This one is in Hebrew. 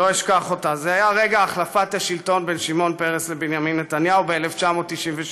שלא אשכח אותה: רגע החלפת השלטון בין שמעון פרס לבנימין נתניהו ב-1996.